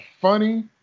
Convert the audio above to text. funny